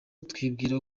twibwira